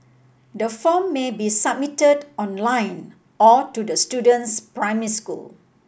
the form may be submitted online or to the student's primary school